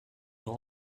nur